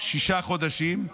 שישה חודשים,